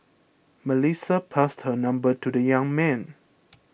Melissa passed her number to the young man